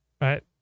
right